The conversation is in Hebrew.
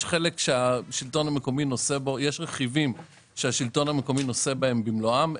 יש רכיבים שהשלטון המקומי נושא בהם במלואם,